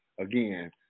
again